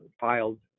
filed